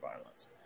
violence